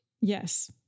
Yes